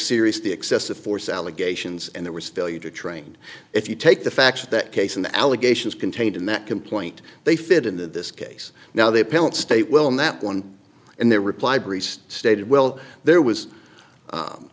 seriously excessive force allegations and there were still you trained if you take the facts that case in the allegations contained in that complaint they fit into this case now they penn state well in that one and their reply breeze stated well there was